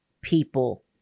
people